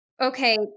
Okay